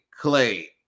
Clay